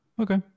okay